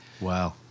Wow